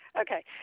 okay